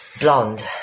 Blonde